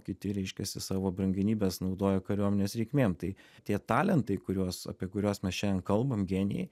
kiti reiškiasi savo brangenybes naudoja kariuomenės reikmėm tai tie talentai kuriuos apie kuriuos mes šiandien kalbam genijai